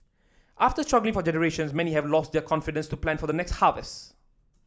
after struggling for generations many have lost their confidence to plan for the next harvest